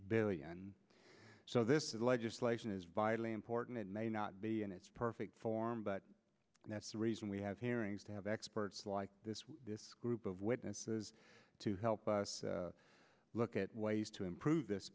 billion so this legislation is vitally important it may not be in its perfect form but that's the reason we have hearings to have experts like this group of witnesses to help us look at ways to improve this